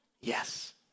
Yes